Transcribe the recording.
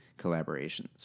collaborations